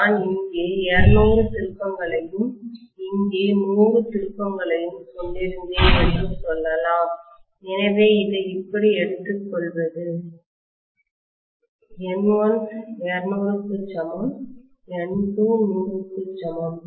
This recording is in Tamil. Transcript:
நான் இங்கே 200 திருப்பங்களையும் இங்கே 100 திருப்பங்களையும் கொண்டிருந்தேன் என்று சொல்லலாம் எனவே இதை இப்படி எடுத்துக்கொள்வது N1 200 க்கு சமம் N2 100 க்கு சமம்